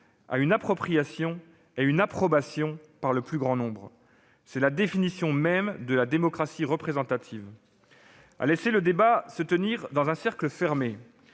à une appropriation et à une approbation par le plus grand nombre ? C'est la définition même de la démocratie représentative ... À laisser le débat se tenir dans un cercle fermé,